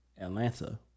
Atlanta